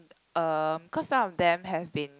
um cause some of them have been